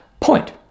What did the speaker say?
point